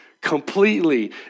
completely